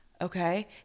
okay